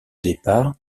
départ